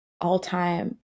all-time